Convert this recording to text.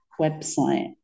website